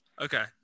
Okay